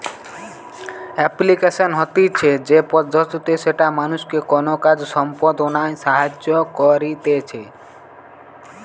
application হতিছে সে পদ্ধতি যেটা মানুষকে কোনো কাজ সম্পদনায় সাহায্য করতিছে